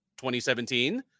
2017